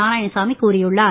நாராயணசாமி கூறியுள்ளார்